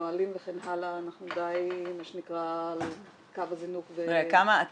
נהלים וכן הלאה אנחנו דיי על קו הזינוק מה שנקרא